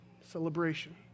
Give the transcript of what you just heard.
celebration